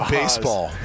baseball